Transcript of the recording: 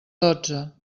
dotze